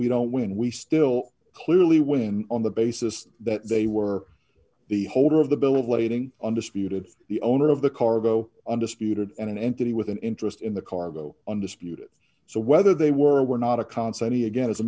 we don't when we still clearly win on the basis that they were the holder of the bill of lading undisputed the owner of the cargo undisputed and an entity with an interest in the cargo undisputed so whether they were or were not a concept he again is a